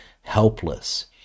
helpless